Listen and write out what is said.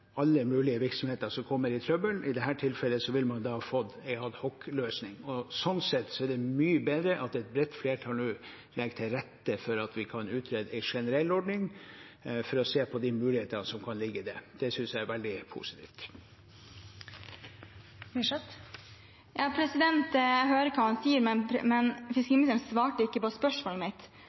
alle mulige virksomheter som kommer i trøbbel. I dette tilfellet ville man fått en adhocløsning. Sånn sett er det mye bedre at et bredt flertall nå legger til rette for at vi kan utrede en generell ordning for å se på de muligheter som kan ligge i det. Det synes jeg er veldig positivt. Jeg hører hva fiskeriministeren sier, men han svarte ikke på spørsmålet mitt.